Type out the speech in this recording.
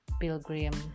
pilgrim